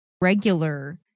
regular